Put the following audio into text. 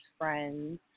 friends